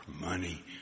money